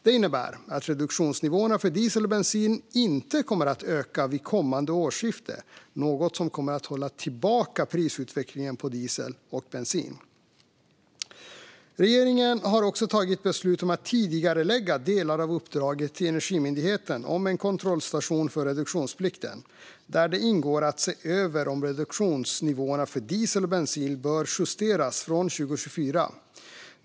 Det innebär att reduktionsnivåerna för diesel och bensin inte kommer att öka vid kommande årsskifte, något som kommer att hålla tillbaka prisutvecklingen på diesel och bensin. Regeringen har också tagit beslut om att tidigarelägga delar av uppdraget till Energimyndigheten om en kontrollstation för reduktionsplikten, där det ingår att se över om reduktionsnivåerna för diesel och bensin bör justeras från 2024.